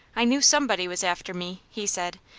i knew somebody was after me, he said,